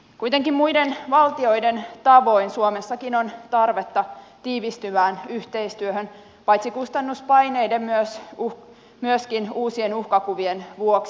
kuitenkin muiden valtioiden tavoin suomessakin on tarvetta tiivistyvään yhteistyöhön paitsi kustannuspaineiden myöskin uusien uhkakuvien vuoksi